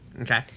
Okay